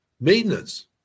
Maintenance